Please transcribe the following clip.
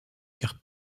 car